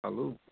খালোঁ